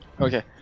Okay